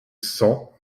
cent